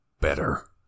better